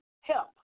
help